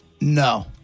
No